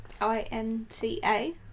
I-N-C-A